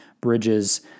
bridges